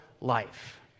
life